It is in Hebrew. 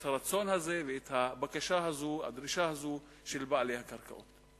הרצון הזה ואת הדרישה הזאת של בעלי הקרקעות.